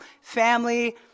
family